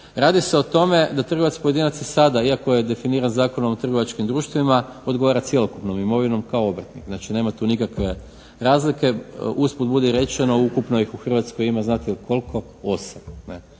Radi se o tome da trgovac pojedinac se sada, iako je definiran Zakonom o trgovačkim društvima odgovara cjelokupnom imovinom kao obrtnik, znači nema tu nikakve razlike. Usput budi rečeno, ukupno ih u Hrvatskoj ima znate koliko? Osam.